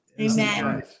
Amen